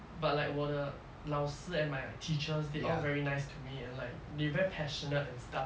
but like 我的老师 and my teachers they all very nice to me and like they very passionate and stuff